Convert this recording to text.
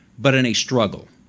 but in a struggle,